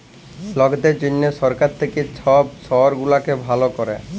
লকদের জনহ সরকার থাক্যে সব শহর গুলাকে ভালা ক্যরে